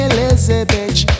Elizabeth